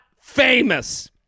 famous